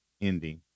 ending